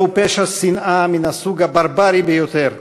זהו פשע שנאה מן הסוג הברברי ביותר,